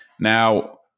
Now